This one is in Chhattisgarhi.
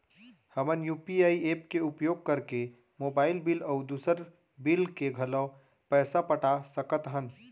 हमन यू.पी.आई एप के उपयोग करके मोबाइल बिल अऊ दुसर बिल के घलो पैसा पटा सकत हन